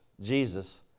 Jesus